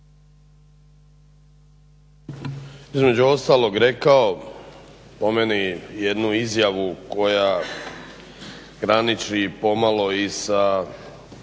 između ostalog rekao po meni jednu izjavu koja graniči pomalo i sa